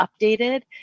updated